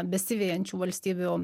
besivejančių valstybių